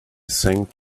thanked